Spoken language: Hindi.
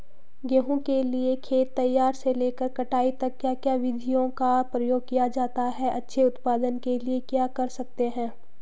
गेहूँ के लिए खेत तैयार से लेकर कटाई तक क्या क्या विधियों का प्रयोग किया जाता है अच्छे उत्पादन के लिए क्या कर सकते हैं?